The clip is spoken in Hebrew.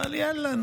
אבל יאללה,